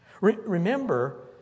Remember